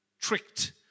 tricked